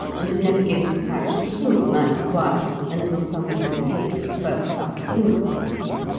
and who never gives the parish a single night's quiet until somebody has paid for a first-class funeral for him.